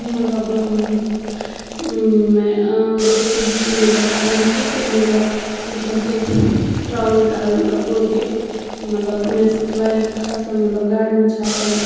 مَطلَب مےٚ بہٕ چھَس أبی مَطلَب پَرن کہِ مَطلَب بہٕ چھَس ٹرٛاولِنٛگ کَران مطلب پٔر ڈے مطلب مےٚ سۭتۍ چھِ واریاہ کھَسَن مَطلَب گاڑِ منٛز چھِ آسان